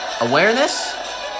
Awareness